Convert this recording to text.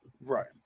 Right